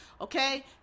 okay